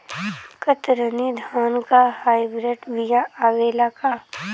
कतरनी धान क hybrid बिया आवेला का?